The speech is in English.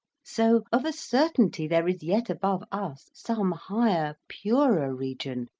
so of a certainty there is yet above us some higher, purer region,